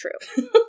true